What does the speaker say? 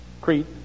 Crete